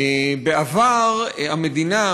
בעבר המדינה,